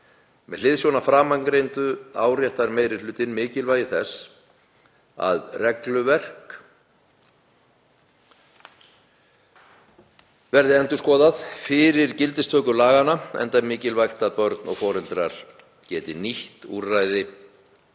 Með hliðsjón af framangreindu áréttar meiri hlutinn mikilvægi þess að regluverk verði endurskoðað fyrir gildistöku laganna enda mikilvægt að börn og foreldrar geti nýtt úrræðið